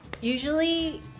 Usually